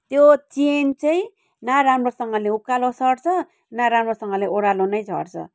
त्यो चेन चाहिँ न राम्रोसँगले उकालो सर्छ न राम्रोसँगले ओह्रालो नै झर्छ